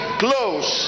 close